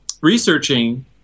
researching